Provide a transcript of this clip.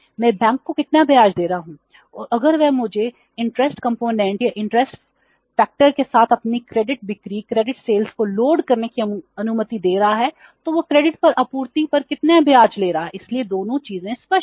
मैं बैंक को कितना ब्याज दे रहा हूं और अगर वह मुझे इंटरेस्ट कंपोनेंट पर आपूर्ति पर कितना ब्याज ले रहा है इसलिए दोनों चीजें स्पष्ट हैं